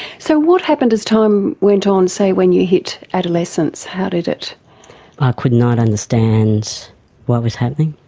so what happened as time went on, say when you hit adolescence, how did it? i could not understand what was happening.